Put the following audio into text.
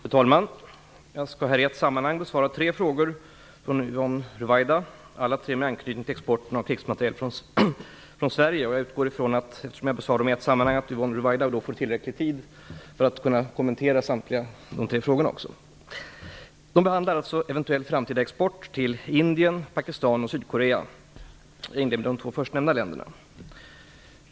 Fru talman! Jag skall här i ett sammanhang besvara tre frågor från Yvonne Ruwaida, alla tre med anknytning till exporten av krigsmateriel från Sverige. Eftersom jag besvarar frågorna i ett sammanhang, utgår jag från att Yvonne Ruwaida får tillräcklig tid för att kunna kommentera samtliga tre frågor. De behandlar eventuell framtida export till Indien, Pakistan och Sydkorea. Jag inleder med de två förstnämnda länderna.